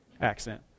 accent